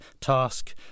task